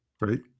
right